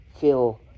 feel